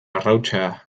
arrautza